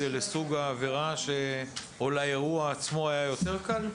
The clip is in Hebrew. זה לסוג העבירה או לאירוע עצמו אז היה יותר קל?